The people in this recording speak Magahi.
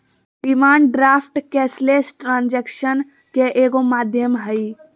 डिमांड ड्राफ्ट कैशलेस ट्रांजेक्शनन के एगो माध्यम हइ